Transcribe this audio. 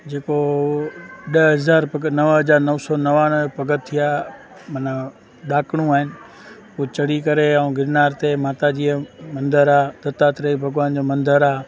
जेको ॾह हज़ार पग नव हज़ार नव सौ नवानवे पगथिया माना ॾाकड़ूं आहिनि उहे चढ़ी करे ऐं गिरनार ते माताजीअ जो मंदरु आहे दत्तात्रेय भॻवान जो मंदरु आहे